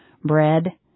bread